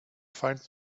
find